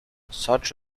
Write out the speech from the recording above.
such